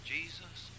Jesus